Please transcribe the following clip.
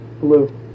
Blue